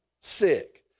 sick